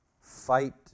fight